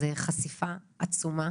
זאת חשיפה עצומה,